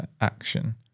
action